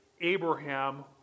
Abraham